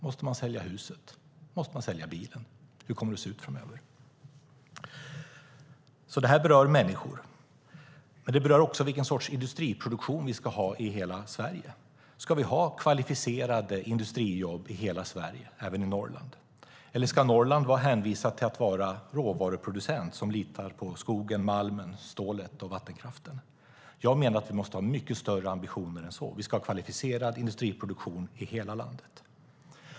Måste man sälja huset? Måste man sälja bilen? Hur kommer det att se ut framöver? Det här berör människor. Men det handlar också om vilken sorts industriproduktion vi ska ha i hela Sverige. Ska vi ha kvalificerade industrijobb i hela Sverige, även i Norrland? Eller ska Norrland vara hänvisat till att vara råvaruproducent som litar på skogen, malmen, stålet och vattenkraften? Jag menar att vi måste ha mycket större ambitioner än så. Vi ska ha kvalificerad industriproduktion i hela landet.